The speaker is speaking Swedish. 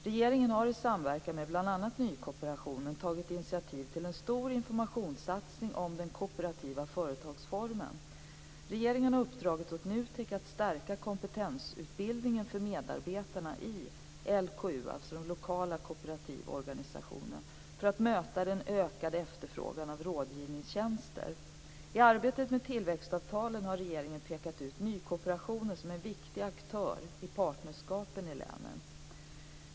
Regeringen har i samverkan med bl.a. nykooperationen tagit initiativ till en stor informationssatsning om den kooperativa företagsformen. Regeringen har uppdragit åt NUTEK att stärka kompetensutbildningen för medarbetarna i LKU, dvs. den lokala kooperativa organisationen, för att möta den ökade efterfrågan av rådgivningstjänster. I arbetet med tillväxtavtalen har regeringen pekat ut nykooperationen som en viktig aktör i partnerskapen i länen.